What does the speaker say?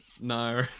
No